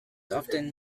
often